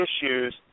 issues